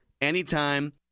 anytime